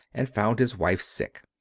and found his wife sick.